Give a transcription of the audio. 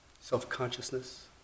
self-consciousness